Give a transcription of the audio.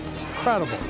incredible